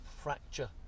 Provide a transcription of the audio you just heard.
fracture